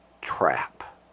trap